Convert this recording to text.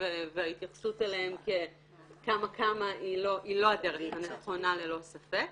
וההתייחסות אליהן כ"כמה כמה" היא לא הדרך הנכונה ללא ספק.